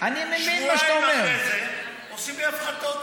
שבועיים אחרי זה עושים לי הפחתות.